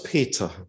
Peter